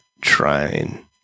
trying